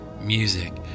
music